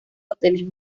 hoteles